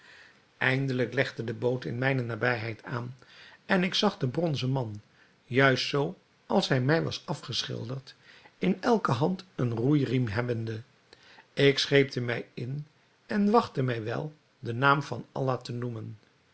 eindelijk legde de boot in mijne nabijheid aan en ik zag den bronzen man juist zoo als hij mij was afgeschilderd in elke hand een roeiriem hebbende ik scheepte mij in en wachtte mij wel den naam van allah te noemen